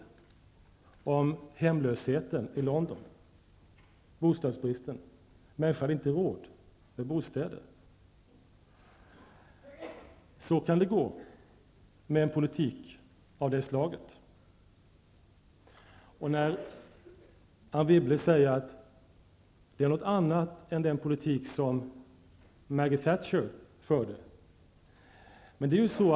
Det handlade om hemlösheten och bostadsbristen i London. Människor har inte råd med bostäder. Så kan det gå med en politik av det slaget. Anne Wibble säger att regeringens politik är något annat än den politik som Margaret Thatcher förde.